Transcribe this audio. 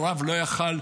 והרב לא היה יכול,